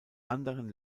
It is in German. anderen